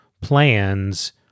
plans